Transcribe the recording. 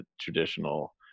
traditional